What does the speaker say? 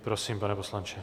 Prosím, pane poslanče.